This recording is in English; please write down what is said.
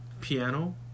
piano